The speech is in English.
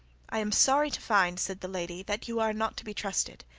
i am sorry to find said the lady, that you are not to be trusted.